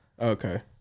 Okay